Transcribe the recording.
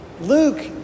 Luke